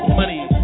money